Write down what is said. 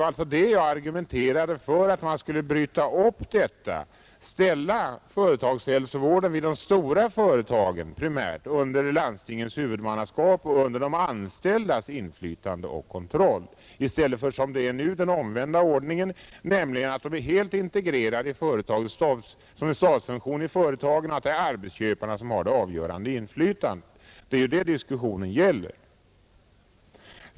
Vad jag argumenterade för var alltså att man skulle bryta detta mönster och ställa företagshälsovården vid de stora företagen primärt under landstingens huvudmannaskap och under de anställdas inflytande och kontroll i stället för att som nu ha den omvända ordningen, där företagshälsovården är helt integrerad som en stabsfunktion i företagen och där arbetsköparna har det avgörande inflytandet. Det är ju det diskussionen gäller.